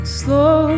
slow